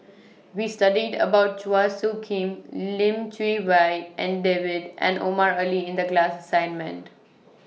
We studied about Chua Soo Khim Lim Chee Wai and David and Omar Ali in The class assignment